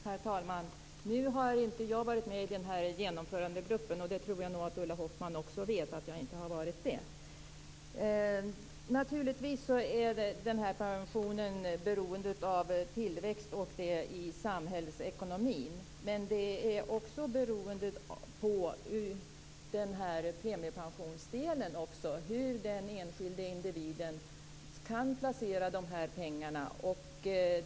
Herr talman! Jag har inte varit med i genomförandegruppen, och det tror jag nog att Ulla Hoffmann också vet. Naturligtvis är pensionen beroende av tillväxt osv. i samhällsekonomin. Men den är också beroende av premiepensionsdelen, dvs. hur den enskilde individen kan placera pengarna.